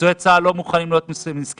פצועי צה"ל לא מוכנים להיות מסכנים,